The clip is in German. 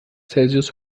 celsius